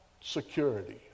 security